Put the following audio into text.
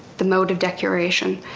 the mode of decoration,